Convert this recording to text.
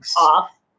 off